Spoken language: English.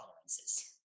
tolerances